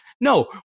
No